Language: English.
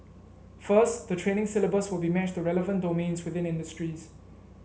first the training syllabus will be matched to relevant domains within industries